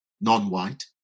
non-white